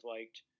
liked